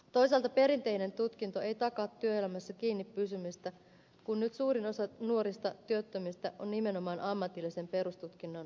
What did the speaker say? toisaalta perinteinen tutkinto ei takaa työelämässä kiinni pysymistä kun nyt suurin osa nuorista työttömistä on nimenomaan ammatillisen perustutkinnon suorittaneita